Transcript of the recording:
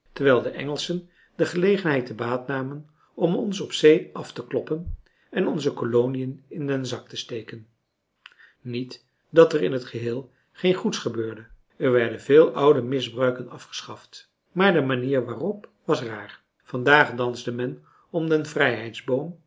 terwijl de engelschen de gelegenheid te baat namen om ons op zee af te kloppen en onze koloniën in den zak te steken niet dat er in t geheel geen goeds gebeurde er werden veel oude misbruiken afgeschaft maar de manier waarop was raar vandaag danste men om den